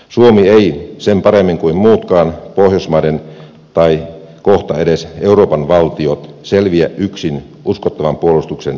suomi ei sen paremmin kuin muutkaan pohjoismaiden tai kohta edes euroopan valtiot selviä yksin uskottavan puolustuksen järjestämisestä